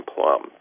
Plum